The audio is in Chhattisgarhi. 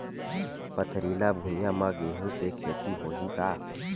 पथरिला भुइयां म गेहूं के खेती होही का?